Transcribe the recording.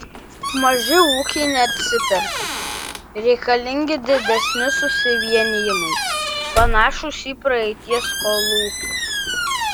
maži ūkiai neatsiperka reikalingi didesni susivienijimai panašūs į praeities kolūkius